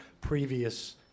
previous